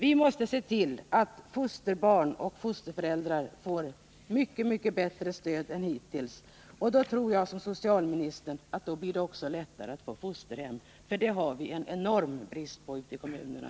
Vi måste se till att fosterbarn och fosterföräldrar får ett mycket bättre stöd än de hittills fått. Jag tror liksom socialministern att det då blir lättare att få fosterhem. Sådana har vi en enorm brist på ute i kommunerna.